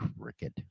Cricket